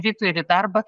ryto ir į darbą